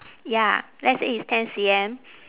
ya let's say it's ten C_M